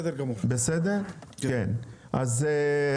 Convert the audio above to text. מי בעד?